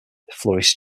flourished